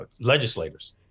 legislators